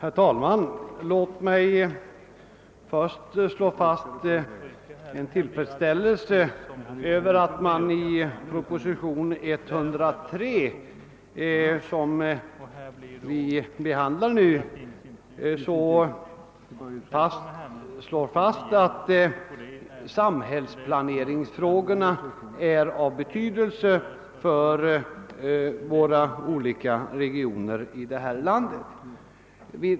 Herr talman! Låt mig först uttrycka min tillfredsställelse över att man i proposition 103, som vi nu behandlar, så klart fastslår att samhällsplaneringsfrågorna är av betydelse för de olika regionerna i vårt land.